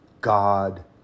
God